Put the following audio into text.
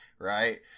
right